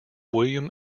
william